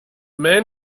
man